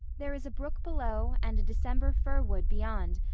there is a brook below and a december fir wood beyond,